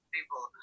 People